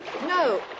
No